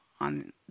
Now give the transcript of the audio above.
on